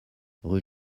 rue